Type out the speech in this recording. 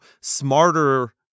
smarter